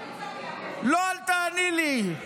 לא, אל תעני לי.